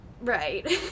Right